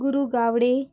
Guru Gawade